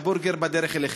והבורגר בדרך אליכם".